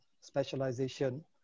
specialization